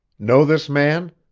know this man?